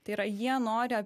tai yra jie nori